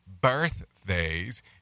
birthdays